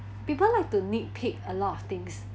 people like to nitpick a lot of things